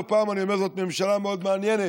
לא פעם אני אומר זאת: זאת ממשלה מאוד מעניינת,